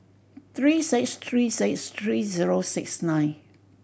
three six three six three zero six nine